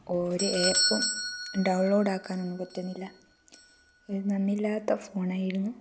ഒരു ഏപ്പും ഡൗൺലോഡ് ആക്കാനൊന്നും പറ്റുന്നില്ല ഒരു നന്ദില്ലാത്ത ഫോണായിരുന്നു